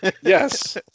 Yes